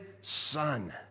Son